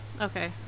okay